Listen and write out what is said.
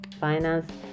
finance